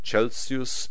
Celsius